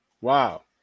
Wow